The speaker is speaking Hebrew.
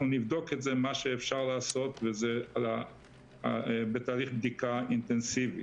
אנחנו נבדוק את זה מה שאפשר לעשות בתהליך בדיקה אינטנסיבי.